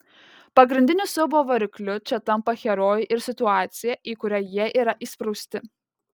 pagrindiniu siaubo varikliu čia tampa herojai ir situacija į kurią jie yra įsprausti